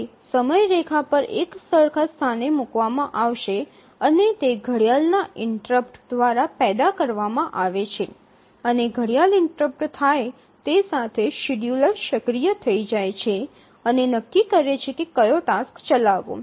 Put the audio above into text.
તે સમયરેખા પર એકસરખા સ્થાને મૂકવામાં આવશે અને તે ઘડિયાળના ઇન્ટરપ્ટ દ્વારા પેદા થાય છે અને ઘડિયાળ ઇન્ટરપ્ટ થાય તે સાથે જ શેડ્યૂલર સક્રિય થઈ જાય છે અને નક્કી કરે છે કે કયો ટાસ્ક ચલાવવો